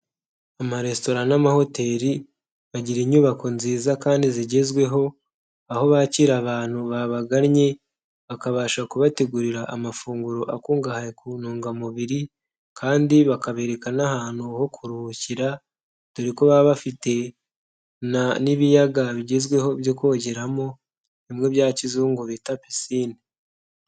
Amaresitora n'amahoteli bagira inyubako nziza kandi zigezweho, aho bakira abantu babagannye bakabasha kubategurira amafunguro akungahaye ku ntungamubiri, kandi bakabereka n'ahantu ho kuruhukira dore ko baba bafite n'ibiyaga bigezweho byo kogeramo bimwe bya kizungu bita pisine.